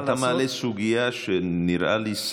אתה מעלה סוגיה שנראה לי,